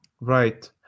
Right